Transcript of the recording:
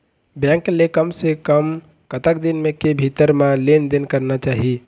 Bank ले कम से कम कतक दिन के भीतर मा लेन देन करना चाही?